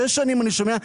שש שנים אני שומע.